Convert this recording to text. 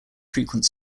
frequent